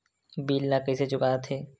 bill ला कइसे चुका थे